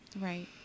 Right